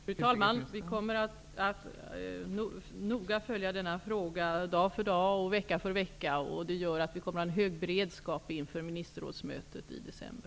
Fru talman! Vi kommer att följa denna fråga noga, dag för dag, vecka för vecka. Vi kommer att ha hög beredskap inför ministerrådsmötet i december.